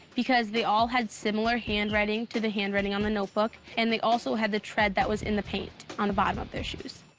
because they all had similar handwriting to the handwriting on the notebook, and they also had the tread that was in the paint on the bottom of their shoes.